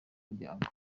muryango